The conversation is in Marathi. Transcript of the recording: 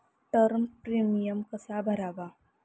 टर्म प्रीमियम कसा भरावा?